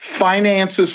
finances